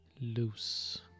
loose